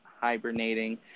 hibernating